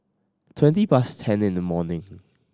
twenty past ten in the morning